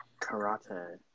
Karate